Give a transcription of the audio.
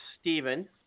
Stephen